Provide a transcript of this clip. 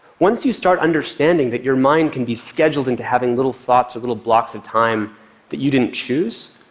once you start understanding that your mind can be scheduled into having little thoughts or little blocks of time that you didn't choose,